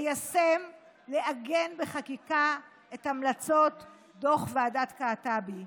ליישם, לעגן בחקיקה את המלצות דוח ועדת קעטבי.